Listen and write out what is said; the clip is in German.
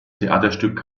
theaterstück